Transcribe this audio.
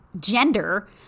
gender